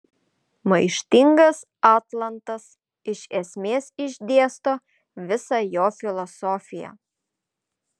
maištingas atlantas iš esmės išdėsto visą jo filosofiją